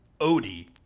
Odie